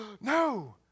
no